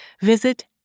visit